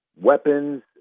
weapons